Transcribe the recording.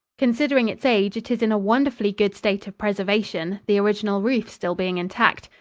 considering its age, it is in a wonderfully good state of preservation, the original roof still being intact.